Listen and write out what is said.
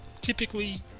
typically